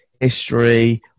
history